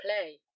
play